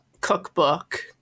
cookbook